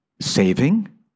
saving